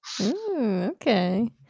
Okay